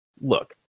look